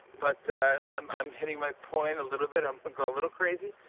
but i'm i'm hitting my point a little bit. i'm but going a little crazy,